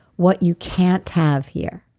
what you can't have here.